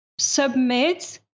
Submit